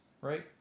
Right